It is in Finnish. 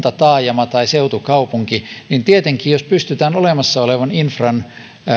kuntataajama tai seutukaupunki niin tietenkin jos pystytään olemassa olevan infran